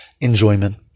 Enjoyment